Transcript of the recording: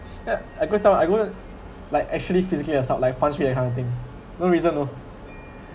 ya I go and talk I go and like actually physically assault like punch me that kind of thing no reason oh